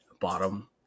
bottom